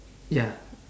ya